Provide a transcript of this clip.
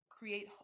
create